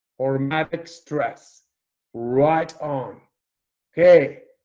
for matic stress right on okay,